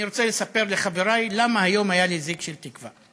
אני רוצה לספר לחברי למה היום היה לי זיק של תקווה.